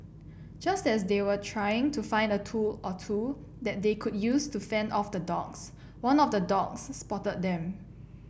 just as they were trying to find a tool or two that they could use to fend off the dogs one of the dogs spotted them